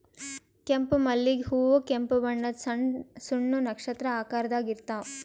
ಕೆಂಪ್ ಮಲ್ಲಿಗ್ ಹೂವಾ ಕೆಂಪ್ ಬಣ್ಣದ್ ಸಣ್ಣ್ ಸಣ್ಣು ನಕ್ಷತ್ರ ಆಕಾರದಾಗ್ ಇರ್ತವ್